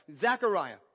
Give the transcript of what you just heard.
Zechariah